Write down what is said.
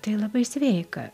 tai labai sveika